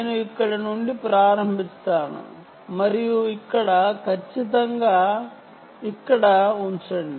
నేను ఇక్కడ నుండి ప్రారంభిస్తాను మరియు ఇక్కడ కు వెళ్ళి ఖచ్చితంగా ఇక్కడ ఉంచుతాను